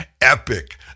epic